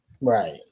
Right